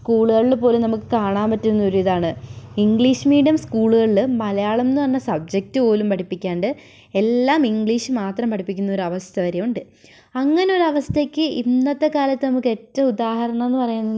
സ്കൂളുകളിൽ പോലും നമുക്ക് കാണാൻ പറ്റുന്ന ഒരിതാണ് ഇംഗ്ളീഷ് മീഡിയം സ്കൂളുകളിൽ മലയാളംന്ന് പറഞ്ഞ സബ്ജെക്റ്റ് പോലും പഠിപ്പിക്കാണ്ട് എല്ലാം ഇംഗ്ലീഷ് മാത്രം പഠിപ്പിക്കുന്ന ഒരു അവസ്ഥ വരെയുണ്ട് അങ്ങനെ ഒരു അവസ്ഥയ്ക്ക് ഇന്നത്തെ കാലത്ത് നമുക്ക് ഏറ്റവും ഉദാഹരണംന്ന് പറയാൻ